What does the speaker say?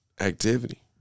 activity